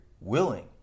willing